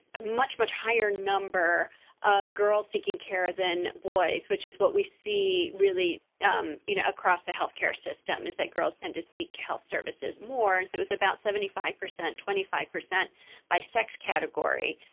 a much, much higher number of girls seeking care than boys. which is what we see, really you know, across the health care system, is that girls tend to seek health services more, and so it's about seventy five percent twenty five percent by sex category.